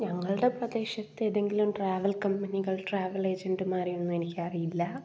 ഞങ്ങളുടെ പ്രദേശത്തെ ഏതെങ്കിലും ട്രാവൽ കമ്പനികൾ ട്രാവൽ ഏജൻറ്റുമാരെയൊന്നും എനിക്കറിയില്ല